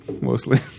mostly